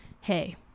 hey